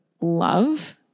love